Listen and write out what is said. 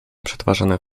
przetwarzane